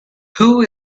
who